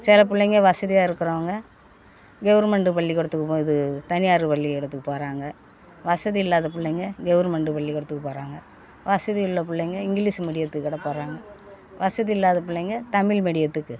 சில பிள்ளைங்க வசதியாக இருக்கிறவங்க கவுர்மெண்ட்டு பள்ளிக்கூடத்துக்கு இது தனியார் பள்ளிக்கூடத்துக்கு போகிறாங்க வசதி இல்லாத பிள்ளைங்க கெவுர்மெண்ட் பள்ளிக்கூடத்துக்கு போகிறாங்க வசதி உள்ள பிள்ளைங்க இங்கிலீஷ் மீடியத்துக்கு கூட போகிறாங்க வசதி இல்லாத பிள்ளைங்க தமிழ் மீடியத்துக்கு